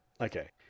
Okay